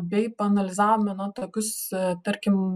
bei paanalizavome na tokius tarkim